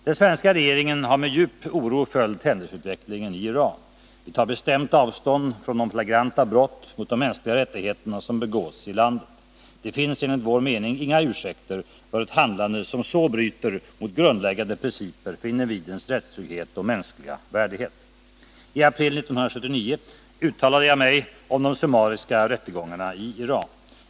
Den svenska regeringen har med djup oro följt händelseutvecklingen i Iran. Vi tar bestämt avstånd från de flagranta brott mot de mänskliga rättigheterna som begås i landet. Det finns enligt vår mening inga ursäker för ett handlande som så bryter mot grundläggande principer för individens rättstrygghet och mänskliga värdighet. I april 1979 uttalade jag mig om de summariska rättegångarna i Iran.